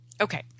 okay